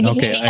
Okay